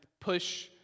push